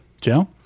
Joe